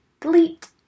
Delete